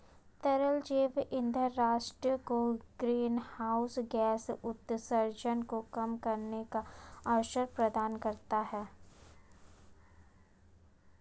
तरल जैव ईंधन राष्ट्र को ग्रीनहाउस गैस उत्सर्जन को कम करने का अवसर प्रदान करता है